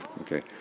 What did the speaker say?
okay